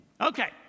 Okay